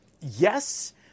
yes